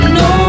no